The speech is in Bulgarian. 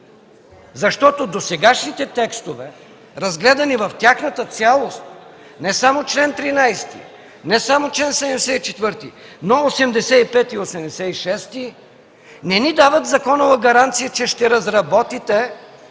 Защото досегашните текстове, разгледани в тяхната цялост – не само чл. 13, не само чл. 74, но 85-и и 86-и, не ни дават законова гаранция, че ще разработите